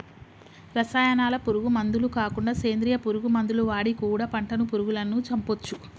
రసాయనాల పురుగు మందులు కాకుండా సేంద్రియ పురుగు మందులు వాడి కూడా పంటను పురుగులను చంపొచ్చు